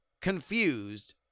confused